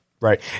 right